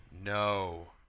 No